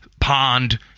pond